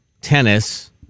tennis